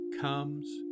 comes